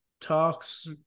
Talks